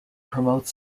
promote